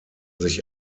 sich